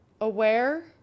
aware